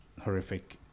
horrific